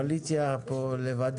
סעיף 62 אושר.